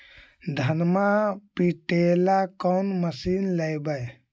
धनमा पिटेला कौन मशीन लैबै?